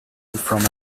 from